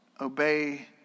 Obey